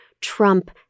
Trump